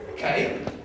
Okay